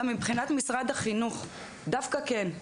עכשיו, מבחינת משרד החינוך דווקא כן.